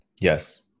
Yes